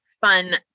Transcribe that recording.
fun